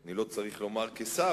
אני לא צריך לומר כשר,